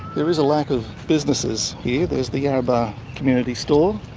there is a lack of businesses here. there's the yarrabah community store,